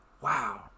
wow